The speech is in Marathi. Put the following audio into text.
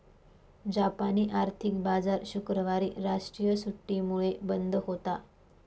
जापानी आर्थिक बाजार शुक्रवारी राष्ट्रीय सुट्टीमुळे बंद होता